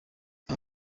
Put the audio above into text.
aba